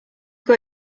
got